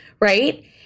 right